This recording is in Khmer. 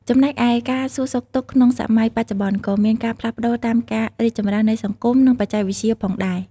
ចំណែកឯ ការសួរសុខទុក្ខក្នុងសម័យបច្ចុប្បន្ន ក៏មានការផ្លាស់ប្ដូរតាមការរីកចម្រើននៃសង្គម និងបច្ចេកវិទ្យាផងដែរ។